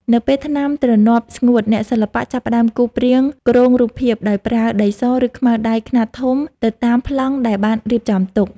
នៅពេលថ្នាំទ្រនាប់ស្ងួត អ្នកសិល្បៈចាប់ផ្ដើមគូសព្រាងគ្រោងរូបភាព ដោយប្រើដីស ឬខ្មៅដៃខ្នាតធំទៅតាមប្លង់ដែលបានរៀបចំទុក។